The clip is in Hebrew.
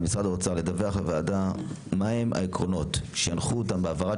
ממשרד האוצר לדווח לוועדה מה הם העקרונות שינחו אותם בהעברת